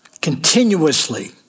continuously